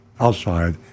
outside